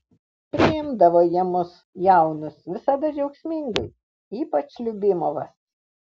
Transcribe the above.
priimdavo jie mus jaunus visada džiaugsmingai ypač liubimovas